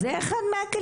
אז זה אחד מהכלים.